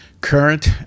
current